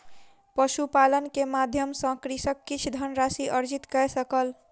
पशुपालन के माध्यम सॅ कृषक किछ धनराशि अर्जित कय सकल